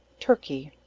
turkey.